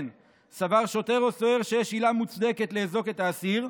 סבר שוטר או סוהר שיש עילה מוצדקת לאזוק את האסיר,